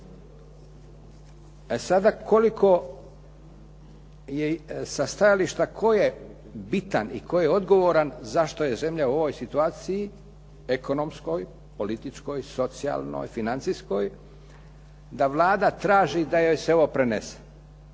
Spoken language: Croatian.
E sada, sa stajališta tko je bitan i tko je odgovoran zašto je zemlja u ovoj situaciji ekonomskoj, političkoj, socijalnoj, financijska da Vlada traži da joj se ovo prenese.